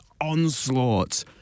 onslaught